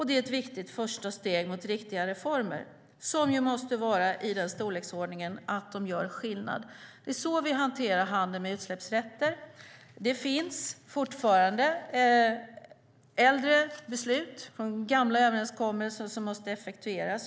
Det är ett första viktigt steg mot riktiga reformer, som måste vara i den storleksordningen att de gör skillnad. Det är så vi hanterar handeln med utsläppsrätter. Det finns fortfarande äldre beslut från gamla överenskommelser som måste effektueras.